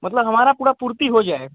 मतलब हमारा पूड़ा पूर्ति हो जाए